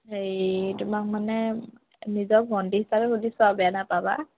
হে তোমাক মানে নিজৰ ভন্টী হিচাপে সুধিছোঁ আৰু বেয়া নাপাবা